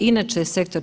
Inače je sektor